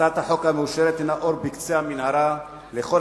הצעת החוק המאושרת הינה אור בקצה המנהרה לכל